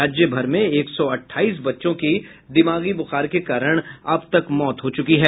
राज्य भर में एक सौ अठाईस बच्चों की दिमागी बुखार के कारण मौत हो चुकी है